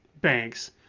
banks